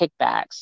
kickbacks